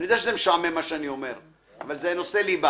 אני יודע שמה שאני אומר משעמם, אבל זה נושא ליבה.